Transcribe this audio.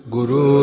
Guru